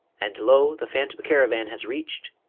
and lo! the phantom caravan has reached